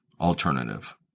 alternative